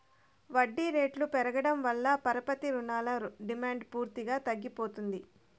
వడ్డీ రేట్లు పెరగడం వల్ల పరపతి రుణాల డిమాండ్ పూర్తిగా తగ్గిపోతుంది